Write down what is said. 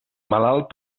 malalt